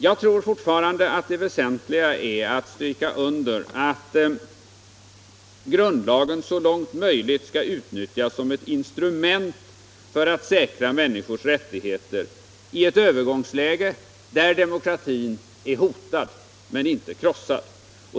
Jag tror fortfarande att det är väsentligt att stryka under att grundlagen så långt möjligt skall utnyttjas som ett instrument för att säkra människors rättigheter i ett övergångsläge där demokratin är hotad men inte krossad.